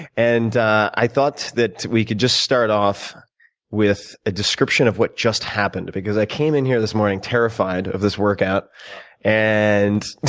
and i thought that we could just start off with a description of what just happened because i came in here this morning terrified of this workout and